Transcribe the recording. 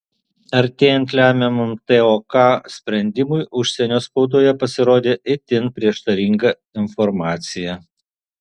artėjant lemiamam tok sprendimui užsienio spaudoje pasirodė itin prieštaringa informacija